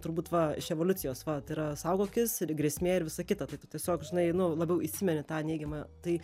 turbūt va iš evoliucijos va tai yra saugokis ir grėsmė ir visą kita tai tu tiesiog žinai nu labiau įsimeni tą neigimą tai